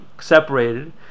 separated